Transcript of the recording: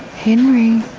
henry,